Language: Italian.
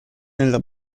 nella